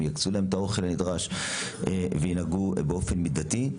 הם יקצו להם את האוכל הנדרש וינהגו באופן מידתי.